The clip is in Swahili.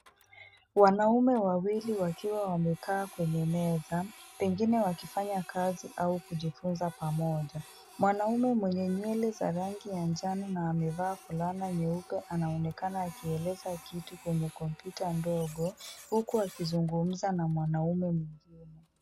Wanaume wawili wakiwa wamekaa kwenye meza, pengine wakifanya kazi au kujifunza pamoja. Mwanaume mwenye nywele za rangi ya njano na amevaa fulana nyeupe anaonekana akieleza kitu kwenye kompyuta ndogo, huku akizungumza na mwanamume mwingine.